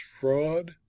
fraud